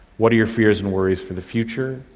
what are your fears and worries for the future,